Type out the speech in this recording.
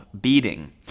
beating